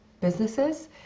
businesses